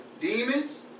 demons